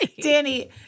Danny